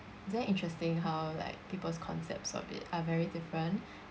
it's very interesting how like people's concepts of it are very different